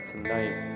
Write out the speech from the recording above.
Tonight